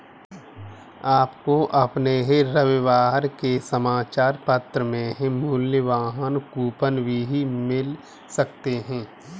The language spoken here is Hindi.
आपको अपने रविवार के समाचार पत्र में मूल्यवान कूपन भी मिल सकते हैं